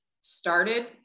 started